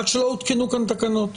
רק שלא הותקנו כאן תקנות.